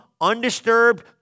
undisturbed